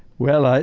well, ah